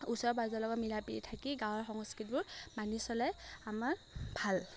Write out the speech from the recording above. ওচৰ পাঁজৰৰ লগত মিলাপ্ৰীতি থাকি গাঁৱৰ সংস্কৃতিবোৰ মানি চলাই আমাৰ ভাল